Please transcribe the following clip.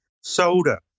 soda